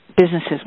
businesses